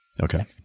Okay